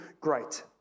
great